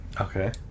Okay